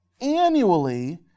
annually